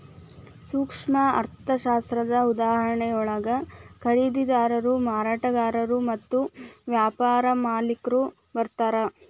ಸೂಕ್ಷ್ಮ ಅರ್ಥಶಾಸ್ತ್ರದ ಉದಾಹರಣೆಯೊಳಗ ಖರೇದಿದಾರರು ಮಾರಾಟಗಾರರು ಮತ್ತ ವ್ಯಾಪಾರ ಮಾಲಿಕ್ರು ಬರ್ತಾರಾ